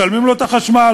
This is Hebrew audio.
משלמים לו את החשמל,